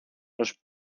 los